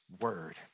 word